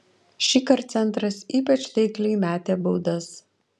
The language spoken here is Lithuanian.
šįkart centras ypač taikliai metė baudas